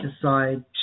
decide